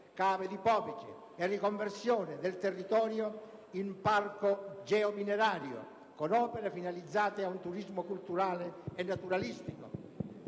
cave di pomice e riconversione del territorio in Parco geominerario, con opere finalizzate ad un turismo culturale e naturalistico.